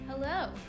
Hello